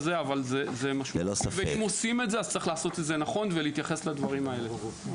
אבל אם עושים את זה צריך לעשות את זה נכון ולהתייחס לדברים האלה.